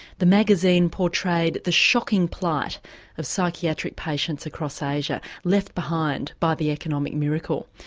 the magazine portrayed the shocking plight of psychiatric patients across asia, left behind by the economic miracle.